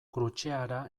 krutxeara